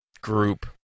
group